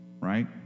right